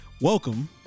Welcome